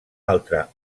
altra